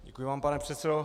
Děkuji vám, pane předsedo.